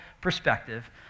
perspective